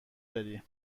داری